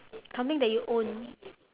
something that you own